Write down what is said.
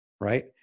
right